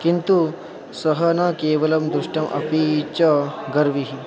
किन्तु सः न केवलं दृष्टम् अपि च गर्वी